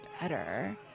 better